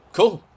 Cool